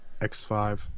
x5